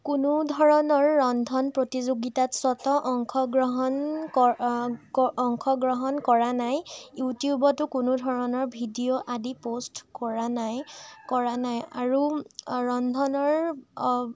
কোনো ধৰণৰ ৰন্ধন প্ৰতিযোগিতাত স্বতঃ অংশগ্ৰহণ ক ক অংশগ্ৰহণ কৰা নাই ইউটিউবতো কোনো ধৰণৰ ভিডিঅ' আদি প'ষ্ট কৰা নাই কৰা নাই আৰু ৰন্ধনৰ